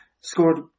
Scored